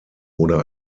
oder